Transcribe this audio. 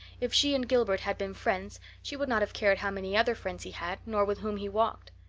if she and gilbert had been friends she would not have cared how many other friends he had nor with whom he walked.